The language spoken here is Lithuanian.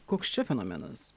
koks čia fenomenas